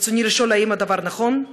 ברצוני לשאול: 1. האם הדבר נכון?